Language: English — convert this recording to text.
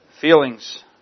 feelings